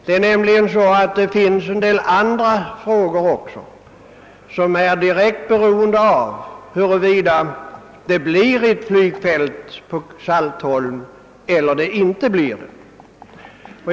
Det finns nämligen även en del andra frågor, vilkas lösning är direkt beroende av om det blir ett flygfält på Saltholm eller inte.